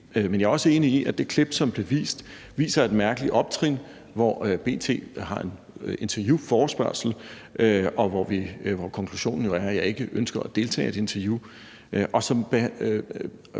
Men jeg er også enig i, at det klip, som blev vist, viser et mærkeligt optrin, hvor B.T. har en forespørgsel om et interview, og hvor konklusionen jo er, at jeg ikke ønsker at deltage i et interview,